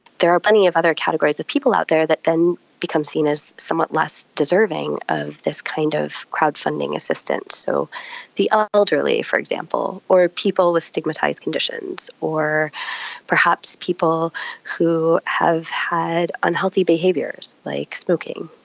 there are plenty of other categories of people out there that then become seen as somewhat less deserving of this kind of crowdfunding assistance, so the ah elderly for example or people with stigmatised conditions, or perhaps people who have had unhealthy behaviours, like smoking.